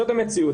זאת המציאות.